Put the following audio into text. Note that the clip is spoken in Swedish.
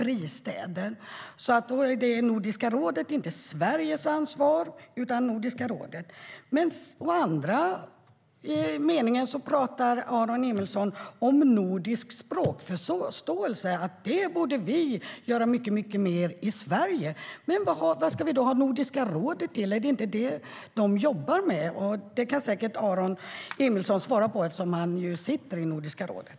Då gäller det alltså Nordiska rådet och inte Sveriges ansvar. Å andra sidan talade Aron Emilsson dock om nordisk språkförståelse och att vi i Sverige borde göra mycket mer för detta. Men vad ska vi då ha Nordiska rådet till? Är det inte det de jobbar med? Det kan Aron Emilsson säkert svara på eftersom han sitter i Nordiska rådet.